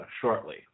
shortly